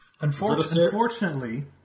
Unfortunately